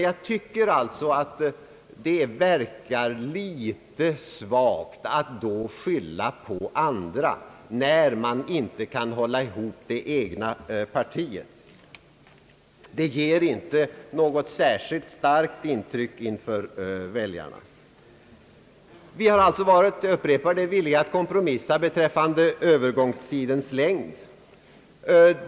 Jag tycker dock att det verkar litet för svagt att skylla på andra, när man inte kan hålla ihop det egna partiet. Det gör inte något särskilt gott intryck på väljarna. Vi har alltså — jag upprepar det — varit villiga att kompromissa beträffande övergångstidens längd.